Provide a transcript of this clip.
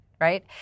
right